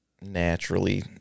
naturally